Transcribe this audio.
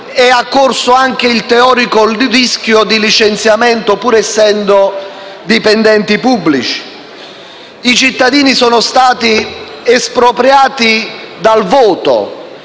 e ha corso anche il teorico rischio di licenziamento, pur trattandosi di dipendenti pubblici. I cittadini sono stati espropriati dal voto: